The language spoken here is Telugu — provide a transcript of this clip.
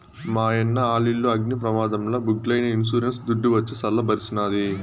మాయన్న ఆలిల్లు అగ్ని ప్రమాదంల బుగ్గైనా ఇన్సూరెన్స్ దుడ్డు వచ్చి సల్ల బరిసినాది